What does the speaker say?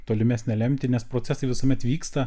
tolimesnę lemtį nes procesai visuomet vyksta